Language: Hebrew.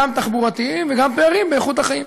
גם תחבורתיים וגם פערים באיכות החיים.